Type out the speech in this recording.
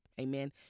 Amen